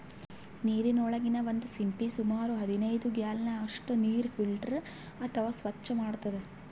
ನೀರಿನೊಳಗಿನ್ ಒಂದ್ ಸಿಂಪಿ ಸುಮಾರ್ ಹದನೈದ್ ಗ್ಯಾಲನ್ ಅಷ್ಟ್ ನೀರ್ ಫಿಲ್ಟರ್ ಅಥವಾ ಸ್ವಚ್ಚ್ ಮಾಡ್ತದ್